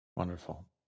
Wonderful